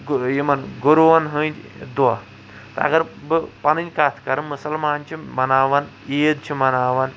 گوٚو یمن گوٚروٗہَن ہٕنٛدۍ دۄہ تہٕ اگر بہٕ پَنٕنی کتھ کرِٕ مُسلمان چھِ مناوان عید چھِ مناوان